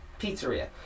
Pizzeria